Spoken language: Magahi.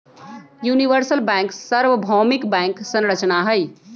यूनिवर्सल बैंक सर्वभौमिक बैंक संरचना हई